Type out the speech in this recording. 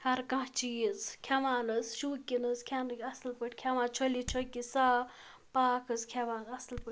ہَر کانٛہہ چیٖز کھٮ۪وان حظ شوقین حظ کھٮ۪نٕکۍ اَصٕل پٲٹھۍ کھٮ۪وان چھوکِتھ صاف پاک حظ کھٮ۪وان اَصٕل پٲٹھۍ